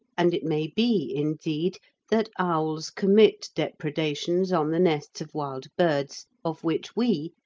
and it may be indeed that owls commit depredations on the nests of wild birds of which we,